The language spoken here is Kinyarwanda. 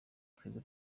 twebwe